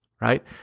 right